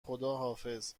خداحافظ